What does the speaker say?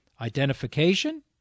Identification